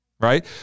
right